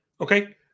Okay